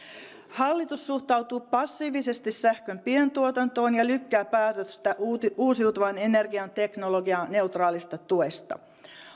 hallitus suhtautuu passiivisesti sähkön pientuotantoon ja lykkää päätöstä uusiutuvan energian teknologianeutraalista tuesta